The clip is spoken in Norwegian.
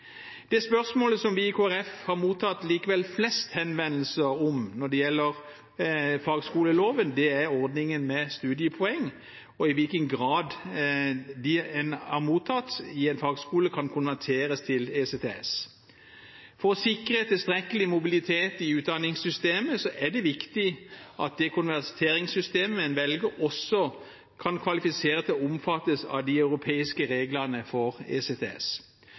Det spørsmålet vi i Kristelig Folkeparti har mottatt flest henvendelser om når det gjelder fagskoleloven, er ordningen med studiepoeng og i hvilken grad studiepoeng en har mottatt i en fagskole, skal kunne konverteres til ECTS. For å sikre tilstrekkelig mobilitet i utdanningssystemet er det viktig at det konverteringssystemet en velger, også kan kvalifisere til å omfattes av de europeiske reglene for ECTS.